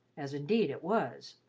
as indeed it was.